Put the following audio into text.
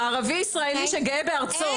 ערבי ישראלי שגאה בארצו.